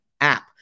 app